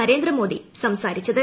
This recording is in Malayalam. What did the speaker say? നരേന്ദ്രമോദി സംസാരിച്ചത്